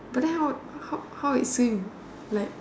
but then how how it swim like